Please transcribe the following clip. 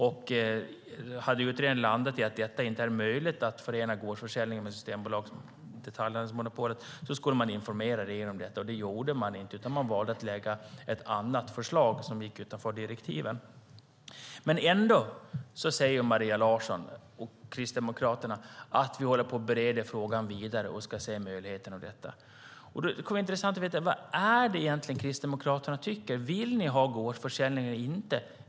Om utredningen skulle landa i att det inte är möjligt att förena gårdsförsäljning med Systembolagets detaljhandelsmonopol skulle man informera regeringen om detta. Men det gjorde man inte, utan man valde att lägga fram ett annat förslag som gick utanför direktiven. Men Maria Larsson och Kristdemokraterna säger ändå att frågan bereds vidare och att man ska se på möjligheterna. Det skulle då vara intressant att få veta vad Kristdemokraterna egentligen tycker. Vill ni ha gårdsförsäljning eller inte?